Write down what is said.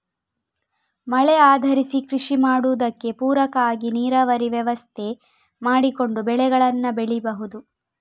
ಮಳೆ ಆಧರಿಸಿ ಕೃಷಿ ಮಾಡುದಕ್ಕೆ ಪೂರಕ ಆಗಿ ನೀರಾವರಿ ವ್ಯವಸ್ಥೆ ಮಾಡಿಕೊಂಡು ಬೆಳೆಗಳನ್ನ ಬೆಳೀಬಹುದು